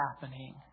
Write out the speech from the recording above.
happening